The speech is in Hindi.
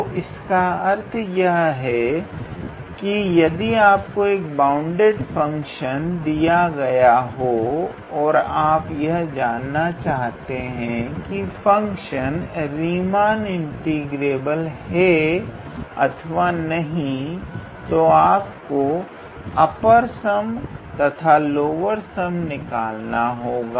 तो इसका अर्थ है यदि आपको एक बाउंडेड फंक्शन f दिया गया हो और आप यह जानना चाहे की फंक्शन रीमान इंटीग्रेबल है अथवा नहीं तो आपको अपर सम तथा लोअर सम निकालना होगा